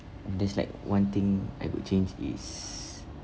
there's like one thing I would change is